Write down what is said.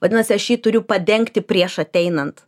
vadinasi aš jį turiu padengti prieš ateinant